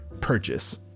purchase